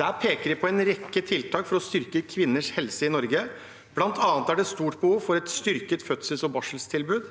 Der peker de på en rekke tiltak for å styrke kvinners helse i Norge, blant annet at det er stort behov for et styrket fødsels- og barseltilbud.